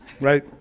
right